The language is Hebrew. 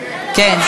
כן.